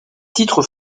titres